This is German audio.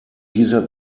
dieser